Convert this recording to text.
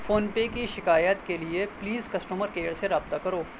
phone پے کی شکایات کے لیے پلیز کسٹمر کیئر سے رابطہ کرو